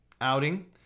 outing